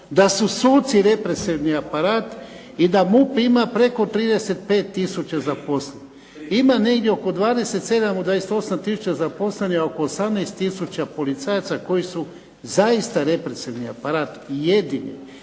da su suci represivni aparat i da MUP ima preko 35 tisuća zaposlenih. Ima negdje oko 27, 28 tisuća zaposlenih, oko 18 tisuća policajaca koji su zaista represivni aparat jedini.